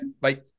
Bye